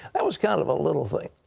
that was kind of a little thing,